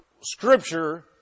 Scripture